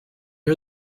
are